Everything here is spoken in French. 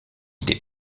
des